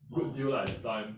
orh